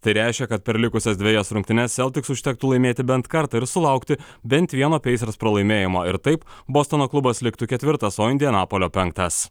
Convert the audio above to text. tai reiškia kad per likusias dvejas rungtynes seltiks užtektų laimėti bent kartą ir sulaukti bent vieno peisers pralaimėjimo ir taip bostono klubas liktų ketvirtas o indianapolio penktas